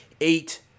Eight